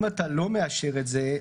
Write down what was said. אם אתה לא מאשר את זה,